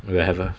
we will have a